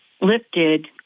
lifted